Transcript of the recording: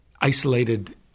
isolated